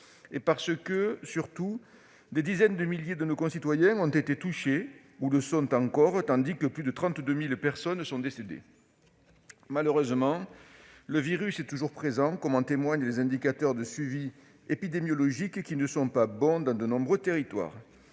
parce que des dizaines de milliers de nos concitoyens ont été touchés ou le sont encore, tandis que plus de 32 000 personnes sont décédées. Malheureusement, le virus est toujours présent, comme en témoignent les indicateurs de suivi épidémiologique, qui ne sont pas bons dans de nombreux territoires.